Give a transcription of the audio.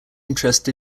interest